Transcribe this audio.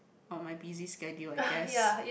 of my busy schedule I guess